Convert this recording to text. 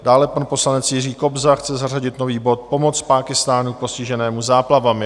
Dále pan poslanec Jiří Kobza chce zařadit nový bod Pomoc Pákistánu postiženému záplavami.